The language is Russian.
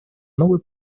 новый